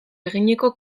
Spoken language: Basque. eginiko